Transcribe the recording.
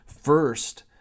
first